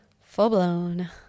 Full-blown